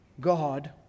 God